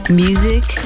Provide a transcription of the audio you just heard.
music